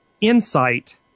insight